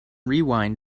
rewind